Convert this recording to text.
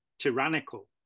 tyrannical